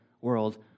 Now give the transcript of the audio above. world